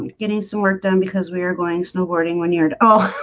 getting some work done because we are going snowboarding when your dough